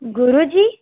ગુરુજી